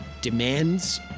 demands